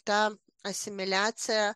ta asimiliacija